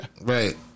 Right